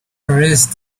erased